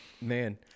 man